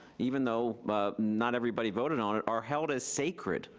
even though but not everybody voted on it, are held as sacred,